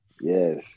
Yes